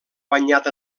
banyat